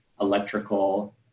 electrical